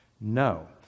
No